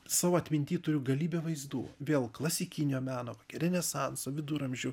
savo atminty turiu galybę vaizdų vėl klasikinio meno renesanso viduramžių